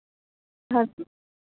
हां